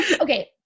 Okay